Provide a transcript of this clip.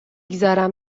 گذارم